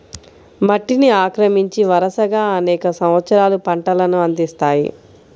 మట్టిని ఆక్రమించి, వరుసగా అనేక సంవత్సరాలు పంటలను అందిస్తాయి